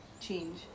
change